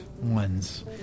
ones